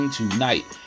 tonight